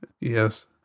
yes